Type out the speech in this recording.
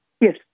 Yes